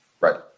right